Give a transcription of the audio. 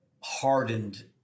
hardened